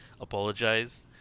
apologize